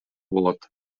болот